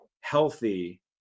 healthy